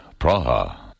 Praha